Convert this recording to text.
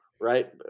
right